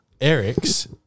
Eric's